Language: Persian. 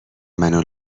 منو